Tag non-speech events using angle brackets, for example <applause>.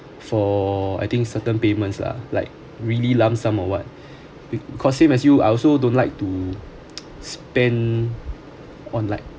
for I think certain payments lah like really lump sum or what <breath> because same as you I also don't like to <noise> spend on like